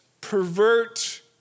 pervert